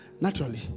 naturally